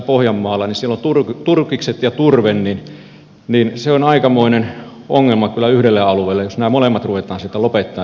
siellä ovat turkikset ja turve ja se on aikamoinen ongelma kyllä yhdelle alueelle jos nämä molemmat ruvetaan sieltä lopettamaan